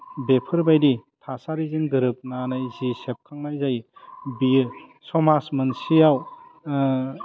बेफोरबायदि थासारिजों गोरोबनानै जि जेबखांनाय जायो बेयो समाज मोनसेयाव